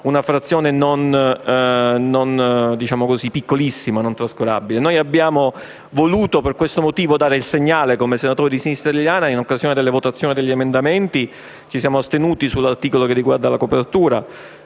una frazione non piccolissima e non trascurabile. Noi abbiamo voluto, per questo motivo, dare un segnale, come senatori di Sinistra Italiana, e, in occasione della votazione degli emendamenti, ci siamo astenuti sull'articolo riguardante la copertura,